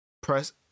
press